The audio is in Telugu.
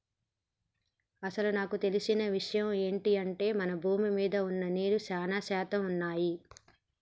అసలు నాకు తెలిసిన ఇషయమ్ ఏంది అంటే మన భూమి మీద వున్న నీరు సానా శాతం వున్నయ్యి